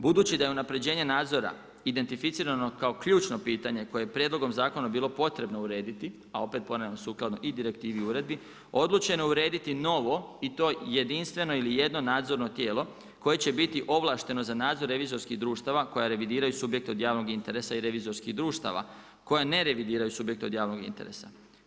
Budući da je unapređenje nadzora identificirano kao ključno pitanje koje je prijedlogom zakona bilo potrebno urediti, a opet ponavljam sukladno i direktivi i uredbi, odlučeno je urediti novo i to jedinstveno ili jedno nadzorno tijelo koje će biti ovlašteno za nadzor revizorskih društava koja revidiraju subjekte od javnog interesa i revizorskih društava, koja ne revidiraju subjekte od javnog interesa.